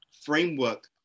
framework